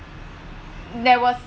there was